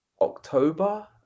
October